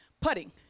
putting